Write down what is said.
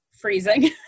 freezing